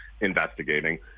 investigating